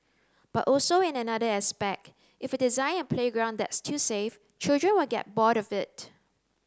but also in another aspect if you design a playground that's too safe children will get bored of it